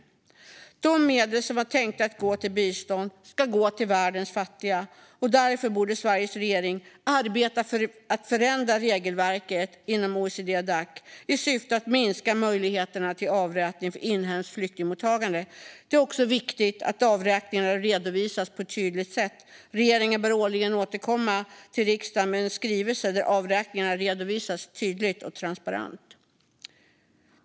De medel som var tänkta att gå till bistånd ska gå till världens fattiga, och därför borde Sveriges regering arbeta för att förändra regelverket inom OECD-Dac i syfte att minska möjligheterna till avräkningar för inhemskt flyktingmottagande. Det är också viktigt att avräkningarna redovisas på ett tydligt sätt. Regeringen bör årligen återkomma till riksdagen med en skrivelse där avräkningarna redovisas tydligt och transparent.